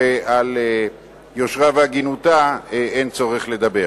שעל יושרה והגינותה אין צורך לדבר.